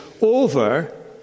over